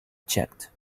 checked